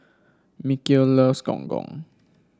Mikel loves Gong Gong